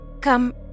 Come